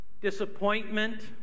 disappointment